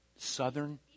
Southern